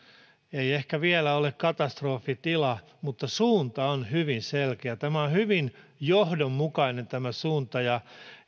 ei ehkä vielä ole katastrofitila mutta suunta on hyvin selkeä tämä on hyvin johdonmukainen tämä suunta ja